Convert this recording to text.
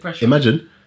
Imagine